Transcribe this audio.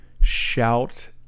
Shout